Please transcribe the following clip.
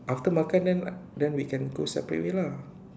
after makan then then we can go separate way lah